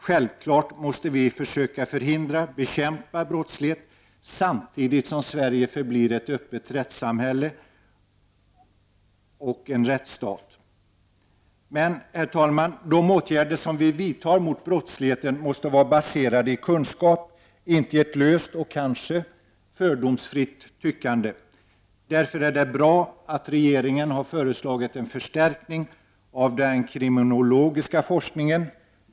Självfallet måste vi försöka förhindra och bekämpa brottslighet samtidigt som Sverige förblir ett öppet rättssamhälle och en rättsstat. Herr talman! De åtgärder som vi vidtar mot brottsligheten måste dock vara baserade på kunskap, inte på ett löst och kanske fördomsfullt tyckande. Därför är det bra att regeringen har föreslagit en förstärkning av den krimi = Prot. 1989/90:136 nologiska forskningen.